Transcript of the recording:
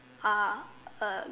uh a